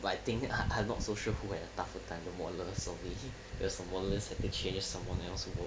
but I think I'm I'm not so sure who had the tougher time the modellers or me cause the modellers had to change someone else's work